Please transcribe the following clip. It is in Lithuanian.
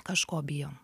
kažko bijom